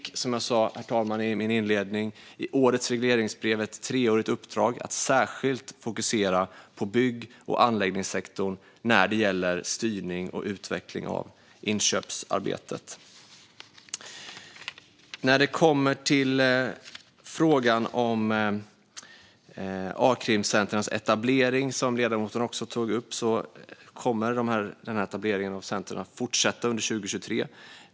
Som jag sa i min inledning fick myndigheten i årets regleringsbrev ett treårigt uppdrag att särskilt fokusera på bygg och anläggningssektorn när det gäller styrning och utveckling av inköpsarbetet. Etableringen av arbetslivskriminalitetscenter kommer att fortsätta under 2023.